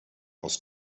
aus